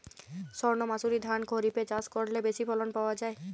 সর্ণমাসুরি ধান খরিপে চাষ করলে বেশি ফলন পাওয়া যায়?